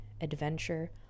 adventure